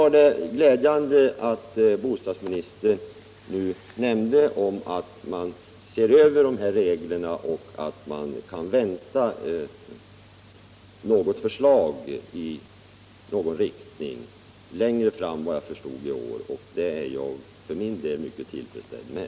Det var glädjande att bostadsministern nämnde att man nu ser över de här reglerna. Efter vad jag förstod kan vi vänta något förslag längre fram, och det är jag för min del mycket tillfredsställd med.